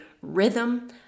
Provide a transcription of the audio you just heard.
rhythm